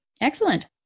Excellent